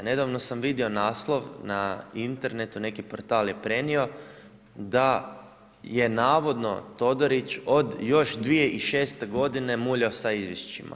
Nedavno sam vidio naslov na internetu, neki portal je prenio da je navodno Todorić od još 2006. godine muljao sa izvješćima.